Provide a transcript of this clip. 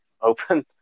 open